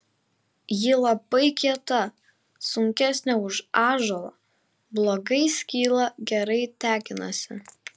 ji labai kieta sunkesnė už ąžuolo blogai skyla gerai tekinasi